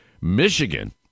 Michigan